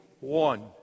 one